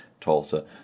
Tulsa